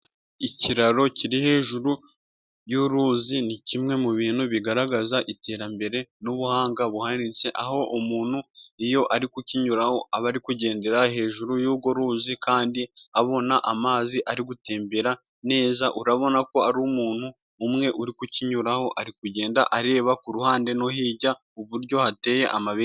Ikiraro kiri hejuru y'uruzi ni kimwe mu bintu bigaragaza iterambere n'ubuhanga buhanitse, aho umuntu iyo ari kukinyuraho aba ari kugendera hejuru y'urwo ruzi kandi abona amazi ari gutembera neza. Urabona ko ari umuntu umwe uri kukinyuraho ari kugenda areba ku ruhande nu hirya uburyo hateye amabengeza.